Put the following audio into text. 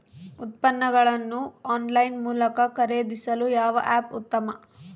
ಉತ್ಪನ್ನಗಳನ್ನು ಆನ್ಲೈನ್ ಮೂಲಕ ಖರೇದಿಸಲು ಯಾವ ಆ್ಯಪ್ ಉತ್ತಮ?